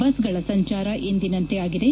ಬಸ್ಗಳ ಸಂಚಾರ ಎಂದಿನಂತೆ ಆಗಿದೆ